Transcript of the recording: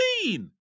clean